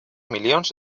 milions